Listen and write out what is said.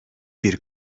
bir